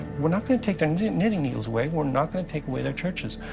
we're not going to take their knitting needles away. we're not going to take away their churches.